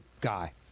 guy